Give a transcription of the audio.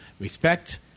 Respect